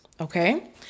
Okay